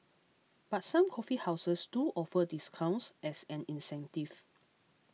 but some coffee houses do offer discounts as an incentive